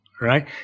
right